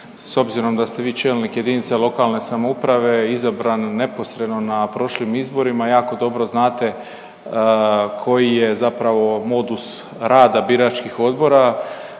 s obzirom da ste vi čelnik lokalne samouprave izabrani neposredno na prošlim izborima jako dobro znate koji je zapravo modus rada biračkih odbora.